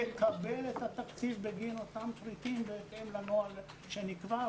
יקבל את התקציב בגין אותם פריטים בהתאם לנוהל שנקבע.